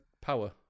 power